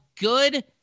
good